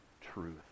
truth